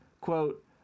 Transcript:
Quote